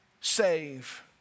save